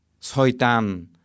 Soitan